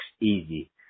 easy